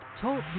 Talk